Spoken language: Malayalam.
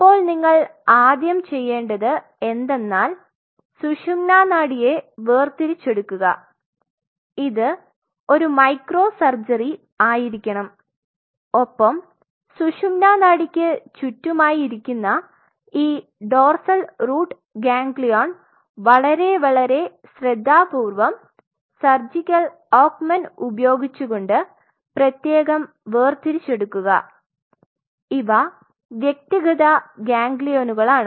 ഇപ്പോൾ നിങ്ങൾ ആദ്യം ചെയ്യേണ്ടത് എന്തെന്നാൽ സുഷുമ്നാ നാഡിയെ വേർതിരിച്ചെടുക്കുക ഇത് ഒരു മൈക്രോ സർജറി ആയിരിക്കണം ഒപ്പം സുഷുമ്നാ നാഡിക്ക് ചുറ്റുമായി ഇരിക്കുന്ന ഈ ഡോർസൽ റൂട്ട് ഗാംഗ്ലിയൻ വളരെ വളരെ ശ്രദ്ധാപൂർവ്വം സർജിക്കൽ അക്യൂമെൻ ഉപയോഗിച്ചുകൊണ്ട് പ്രത്യേകം വേർതിരിച്ചെടുക്കുക ഇവ വ്യക്തിഗത ഗാംഗ്ലിയനുകളാണ്